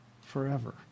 forever